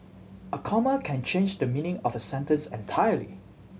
a comma can change the meaning of a sentence entirely